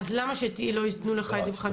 אז למה שלא יתנו לך את זה בחקיקה?